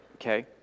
okay